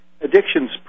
addictions